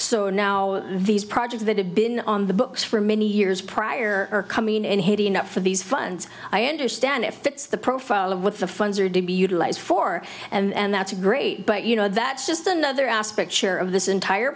so now these projects that have been on the books for many years prior are coming in haiti not for these funds i understand it fits the profile of with the funds are to be utilized for and that's great but you know that's just another aspect sure of this entire